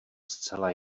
zcela